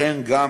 לכן, גם